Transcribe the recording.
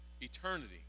eternity